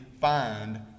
find